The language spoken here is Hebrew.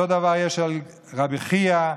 אותו דבר יש על רבי חייא,